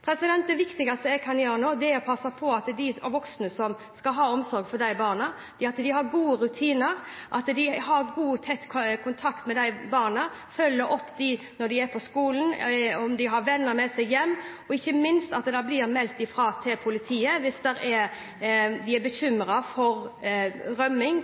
etterspørselen. Det viktigste jeg nå kan gjøre, er å passe på at de voksne som har omsorg for disse barna, har gode rutiner, har god og tett kontakt med barna, følger dem opp når de er på skolen – om de har venner med seg hjem – og ikke minst at det blir meldt fra til politiet hvis man er bekymret for